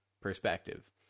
perspective